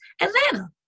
Atlanta